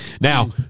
Now